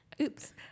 Oops